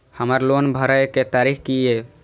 हमर लोन भरए के तारीख की ये?